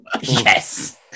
Yes